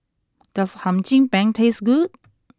does Hum Cim Peng taste good